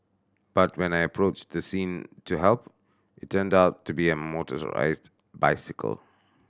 but when I approached the scene to help it turned out to be a motorised bicycle